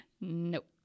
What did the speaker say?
nope